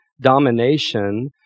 domination